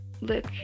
look